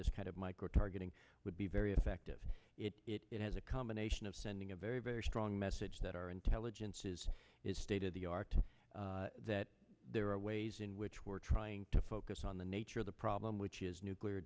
this kind of micro targeting would be very effective it has a combination of sending a very very strong message that our intelligence is is state of the art that there are ways in which we're trying to focus on the nature of the problem which is nuclear